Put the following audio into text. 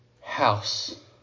house